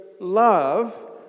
love